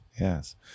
yes